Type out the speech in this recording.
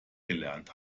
gelernt